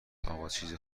آقاچیزی